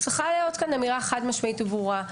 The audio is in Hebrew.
צריכה להיות כאן אמירה חד-משמעית וברורה.